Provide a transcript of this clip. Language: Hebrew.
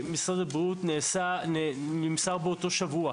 למשרד הבריאות נמסר באותו שבוע.